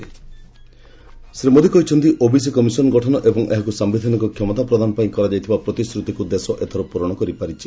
ଶ୍ରୀ ମୋଦି କହିଛନ୍ତି ଓବିସି କମିଶନ ଗଠନ ଏବଂ ଏହାକୁ ସାୟିଧାନିକ କ୍ଷମତା ପ୍ରଦାନ ପାଇଁ କରାଯାଇଥିବା ପ୍ରତିଶ୍ରତିକୁ ଦେଶ ଏଥର ପୂରଣ କରିପାରିଛି